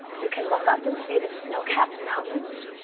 you can look up and see the snow capped mountains.